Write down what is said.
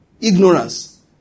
ignorance